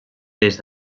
des